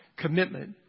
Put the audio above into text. Commitment